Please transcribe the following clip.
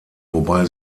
wobei